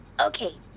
Okay